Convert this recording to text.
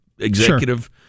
executive